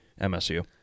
MSU